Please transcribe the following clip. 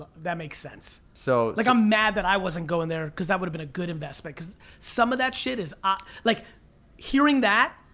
ah that makes sense. so like i'm mad that i wasn't going there, cause that would've been a good investment. cause some of that shit, ah like hearing that,